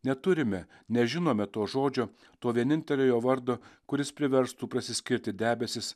neturime nežinome to žodžio to vienintelio jo vardo kuris priverstų prasiskirti debesis